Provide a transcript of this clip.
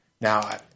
Now